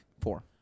Four